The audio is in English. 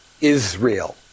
Israel